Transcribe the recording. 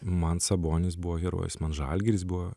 man sabonis buvo herojus man žalgiris buvo